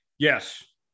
Yes